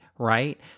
Right